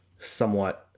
somewhat